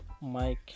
Mike